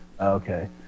Okay